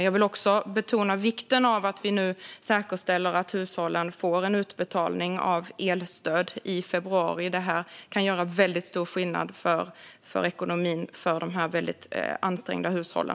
Jag vill betona vikten av att vi nu säkerställer att hushållen får utbetalning av elstöd i februari. Det kan göra väldigt stor skillnad i ekonomin för de här väldigt ansträngda hushållen.